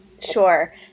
Sure